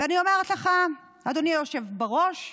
ואני אומר לך, אדוני היושב בראש,